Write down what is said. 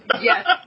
Yes